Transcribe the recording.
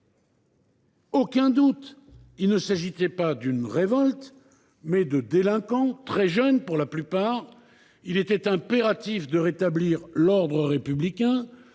aucun doute : il ne s’agissait pas d’une révolte, mais de délinquants, très jeunes pour la plupart. Il était impératif de rétablir l’ordre républicain.